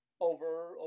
over